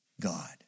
God